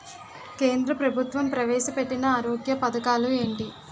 కేంద్ర ప్రభుత్వం ప్రవేశ పెట్టిన ఆరోగ్య పథకాలు ఎంటి?